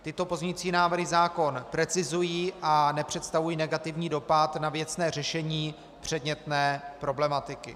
Tyto pozměňující návrhy zákon precizují a nepředstavují negativní dopad na věcné řešení předmětné problematiky.